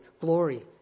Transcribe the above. glory